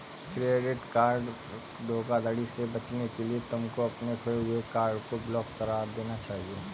credit card धोखाधड़ी से बचने के लिए तुमको अपने खोए हुए कार्ड को ब्लॉक करा देना चाहिए